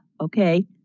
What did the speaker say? Okay